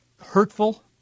hurtful